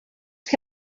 que